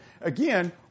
Again